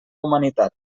humanitat